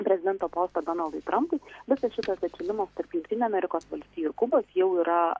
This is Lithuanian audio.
prezidento postą donaldui trampui visas šitas atšilimas tarp jungtinių amerikos valstijų ir kubos jau yra